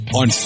on